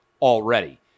already